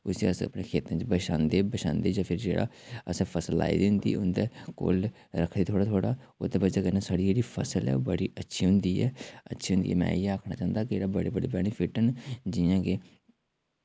इस्सी अस अपने खेतें च बशांदे बशांदे जां फ्ही जेह्ड़ा असें फसल लाई दी होंदी ओह्दे कोल रक्खे थोह्ड़ा थोह्ड़ा ओह्दे वजह कन्नै साढ़ी जेह्ड़ी फसल ऐ ओह् बड़ी अच्छी होंदी ऐ अच्छी होंदी ऐ में इ'यै आखना चांह्दा कि एह्दा बड़े ब ड़े बैनिफिट न जियां के